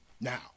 Now